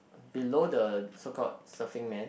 below the so called surfing man